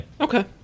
Okay